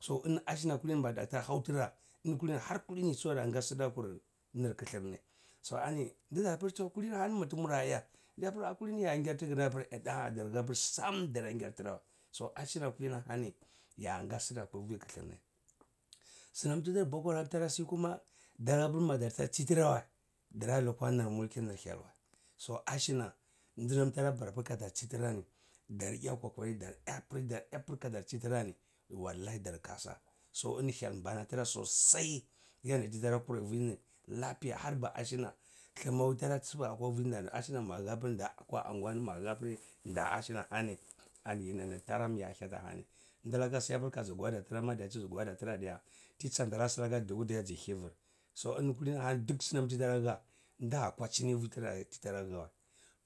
So mi ashna ma daarta waitra ini kalini har kulini su adanga sdakar nr kthrni so ani nda hapr har kulini mitmura sya ndya pr kulini ya ngyar tgr yapr inaa dar hapr sam darang yar trawae so ashaa kalini ahani ni yange, sdora akwa vi kthrni nam tdar boko haram ttargsi ma darapr madar ta tchitra wae so ashna aznam tara barapr kadar tshitrani dar eya kokari da eya pi dai aja apr badar tchitran, wallai dar kasa so ini thyal mbanatra sosai yanda titara korai vini lapiya harba ashina thma wai tina sha akwa vinda ai ashna mag lapr adani akwa anguwani maga hapr nda akwa anguwani mag hapri nda ashnakani yara miya lyati ahani ndlaka si apo kaz gwada tra ma da te gwada tra diya tiyi tsanta lar slake duku diya zhive so ini kulini ahani snam tiyi tara ha nda kwa chini vtra tiyi tara lawae